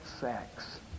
sex